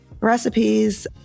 recipes